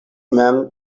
mem